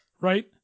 right